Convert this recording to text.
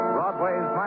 Broadway's